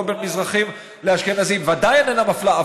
לא בין מזרחים לאשכנזים; ודאי שאיננה מפלה,